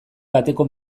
bateko